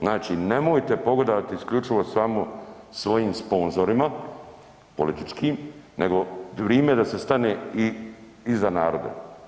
Znači nemojte pogodovati isključivo samo svojim sponzorima političkim nego je vrime da se stane i iza naroda.